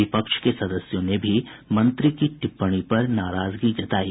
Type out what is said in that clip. विपक्ष के सदस्यों ने भी मंत्री की टिप्पणी पर नाराजगी जतायी